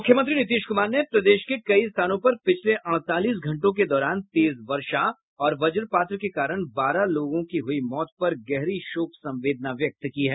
मूख्यमंत्री नीतीश कुमार ने प्रदेश के कई स्थानों पर पिछले अड़तालीस घंटों के दौरान तेज वर्षा और वजपात के कारण बारह लोगों की मौत पर गहरी शोक संवेदना व्यक्त की है